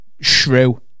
shrew